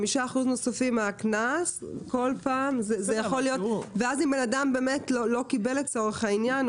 5 אחוזים נוספים מהקנס כל פעם ואז אם בן אדם לא קיבל לצורך העניין,